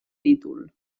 títol